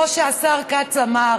כמו שהשר כץ אמר.